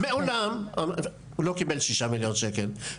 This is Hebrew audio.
מעולם הוא לא קיבל כ-6 מיליון שקלים,